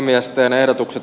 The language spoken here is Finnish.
miesten ehdotukset